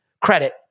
credit